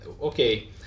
okay